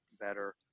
better